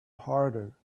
harder